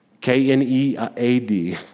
K-N-E-A-D